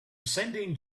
sending